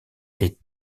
est